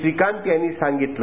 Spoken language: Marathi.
श्रीकांत यांनी सांगितले